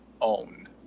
own